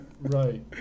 right